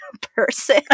person